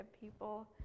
people